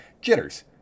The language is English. Jitters